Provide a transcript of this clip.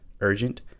urgent